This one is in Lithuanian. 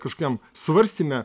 kažkokiam svarstyme